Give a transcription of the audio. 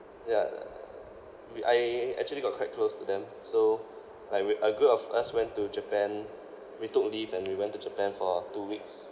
ya we I actually got quite close to them so like we a group of us went to japan we took leave and we went to japan for two weeks